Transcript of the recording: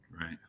Right